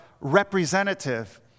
representative